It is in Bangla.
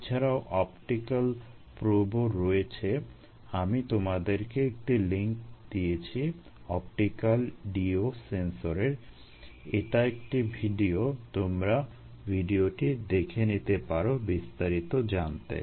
এছাড়াও অপটিক্যাল প্রোবও রয়েছে আমি তোমাদেরকে একটি লিংক দিয়েছি অপটিক্যাল DO সেন্সরের এটা একটি ভিডিও তোমরা ভিডিওটি দেখে নিতে পারো বিস্তারিত জানতে